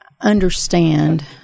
understand